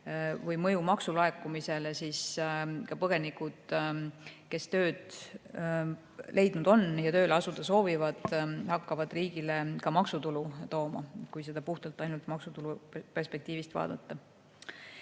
või mõju maksulaekumisele, siis põgenikud, kes tööd on leidnud ja tööle asuda soovivad, hakkavad riigile maksutulu tooma – kui seda olukorda puhtalt maksutulu perspektiivist vaadata. Eelmist